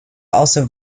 also